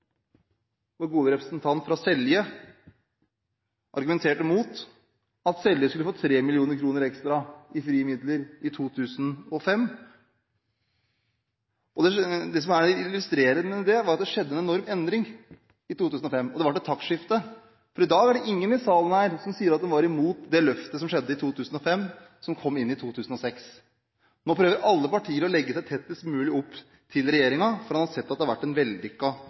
Vår gode representant fra Selje argumenterte mot at Selje skulle få 3 mill. kr ekstra i frie midler i 2005. Det illustrerende ved dette var at det skjedde en enorm endring i 2005 – det ble et taktskifte. For i dag er det ingen i salen her som sier de er imot det løftet som skjedde i 2005, som gjaldt fra 2006. Nå prøver alle partier å legge seg tettest mulig opp til regjeringen, fordi de har sett at det har vært en